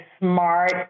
smart